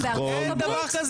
מאיר, אין דבר כזה.